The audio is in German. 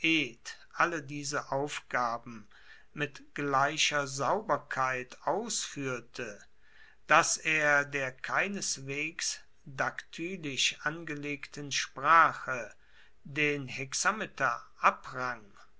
alle diese aufgaben mit gleicher sauberkeit ausfuehrte dass er der keineswegs daktylisch angelegten sprache den hexameter